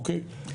אוקיי?